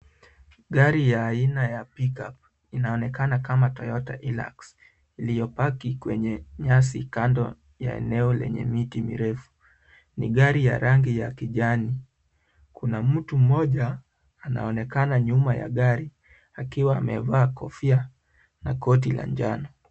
Gari ya aina ya Pick-up inaonekana kama Toyota Hilux, iliyopaki kwenye nyasi kando ya eneo lenye miti mirefu ,ni gari ya rangi ya kijani ,kuna mtu mmoja anaonekana nyuma ya gari akiwa amevaa kofia na koti la njano.